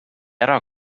ära